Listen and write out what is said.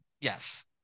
Yes